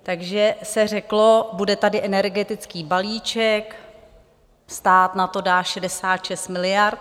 Takže se řeklo, bude tady energetický balíček, stát na to dá 66 miliard.